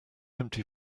empty